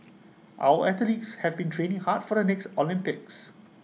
our athletes have been training hard for the next Olympics